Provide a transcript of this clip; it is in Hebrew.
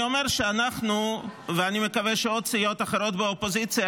אנחנו ואני מקווה שעוד סיעות אחרות באופוזיציה,